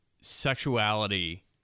sexuality